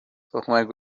تخمک